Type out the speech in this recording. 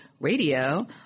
Radio